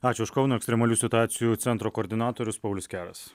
ačiū iš kauno ekstremalių situacijų centro koordinatorius paulius keras